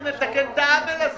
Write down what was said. אז התוכנית תוגש פעם בחודש?